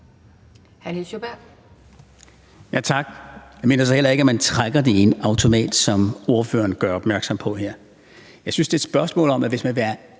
så heller ikke, at man trækker det i en automat, som ordføreren omtaler det her. Jeg synes, det er et spørgsmål om, at hvis man vil have